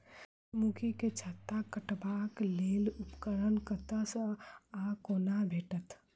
सूर्यमुखी केँ छत्ता काटबाक लेल उपकरण कतह सऽ आ कोना भेटत?